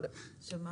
רשתות